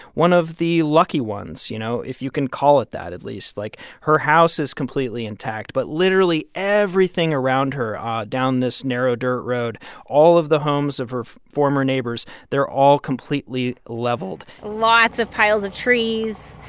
one of the lucky ones, you know, if you can call it that. at least, like, her house is completely intact but literally everything around her ah down this narrow dirt road all of the homes of her former neighbors they're all completely leveled lots of piles of trees,